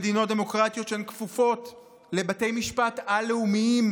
יש מדינות דמוקרטיות שכפופות לבתי משפט על-לאומיים